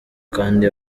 kandi